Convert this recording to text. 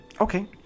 Okay